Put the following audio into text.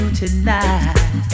tonight